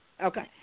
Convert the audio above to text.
Okay